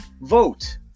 vote